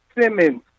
Simmons